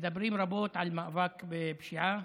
מדברים רבות על מאבק בפשיעה.